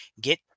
get